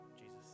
Jesus